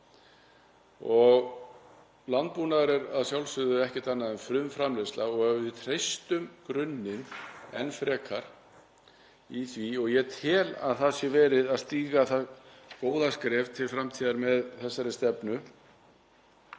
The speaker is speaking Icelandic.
Landbúnaður er að sjálfsögðu ekkert annað en frumframleiðsla og ef við treystum grunninn enn frekar í því — og ég tel að það sé verið að stíga það góða skref til framtíðar með þessari stefnu